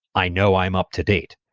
i know i'm up-to-date.